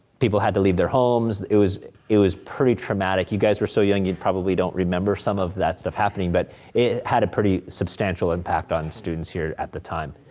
people had to leave their homes, it was it was pretty traumatic. you guys were so young, you probably don't remember some of that stuff happening, but it had a pretty substantial impact on students here at the time,